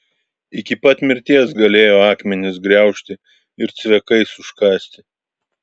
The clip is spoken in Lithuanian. iki pat mirties galėjo akmenis griaužti ir cvekais užkąsti